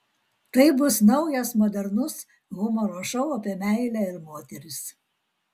tai bus naujas modernus humoro šou apie meilę ir moteris